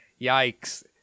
Yikes